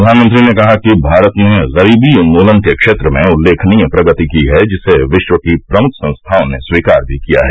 प्रधानमंत्री ने कहा कि भारत ने गरीबी उन्मूलन के क्षेत्र में उल्लेखनीय प्रगति की है जिसे विश्व की प्रमुख संस्थाओं ने स्वीकार भी किया है